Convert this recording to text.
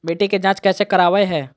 मिट्टी के जांच कैसे करावय है?